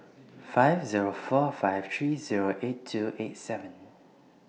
five Zero four five three Zero eight two eight seven